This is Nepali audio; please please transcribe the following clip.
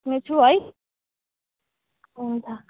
मै छु है हुन्छ